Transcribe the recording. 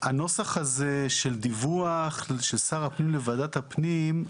הנוסח הזה של דיווח של שר הפנים לוועדת הפנים,